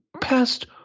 Past